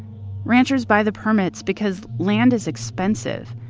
ranchers buy the permits because land is expensive,